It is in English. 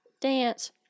dance